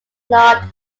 not